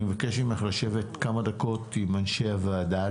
אני מבקש ממך לשבת כמה דקות עם אנשי הוועדה,